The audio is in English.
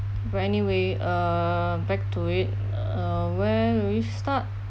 but anyway uh back to it uh where we start